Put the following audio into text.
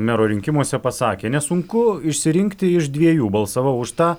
mero rinkimuose pasakė nesunku išsirinkti iš dviejų balsavau už tą